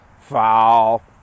foul